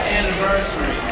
anniversary